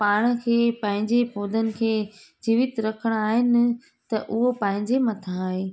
पाण खे पंहिंजे पौधनि खे जीवित रखिणा आहिनि त उहो पंहिंजे मथां आहे त